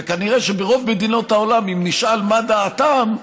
וכנראה שברוב מדינות העולם, אם נשאל מה דעתם,